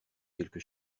quelque